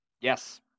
yes